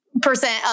Percent